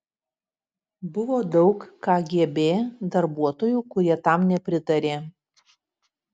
buvo daug kgb darbuotojų kurie tam nepritarė